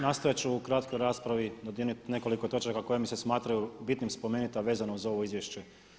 Nastojati ću u kratkoj raspravi dodirnuti nekoliko točaka koje mi se smatraju bitnim spomenuti a vezano uz ovo izvješće.